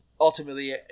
ultimately